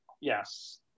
Yes